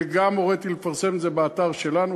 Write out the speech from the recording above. וגם הוריתי לפרסם את זה באתר שלנו,